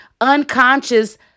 unconscious